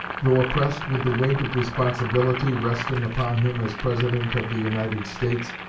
though oppressed with the weight of responsibility resting upon him as president of the united states,